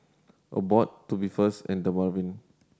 Abbott Tubifast and Dermaveen